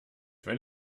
wenn